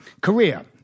Korea